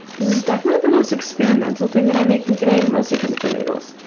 this is definitely the most experimental thing that i'm making today, mostly because of the noodles.